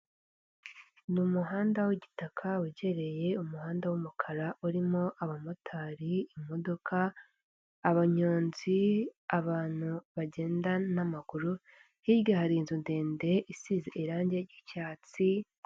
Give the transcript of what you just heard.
Ni umuhanda w'igitaka wegereye umuhanda w'umukara urimo abamotari, imodoka, abanyonzi, abantu bagenda n'amaguru, hirya hari inzu ndende isize irange ry'icyatsi.